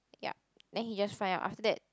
yup then he just find out after that